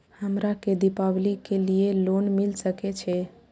हमरा के दीपावली के लीऐ लोन मिल सके छे?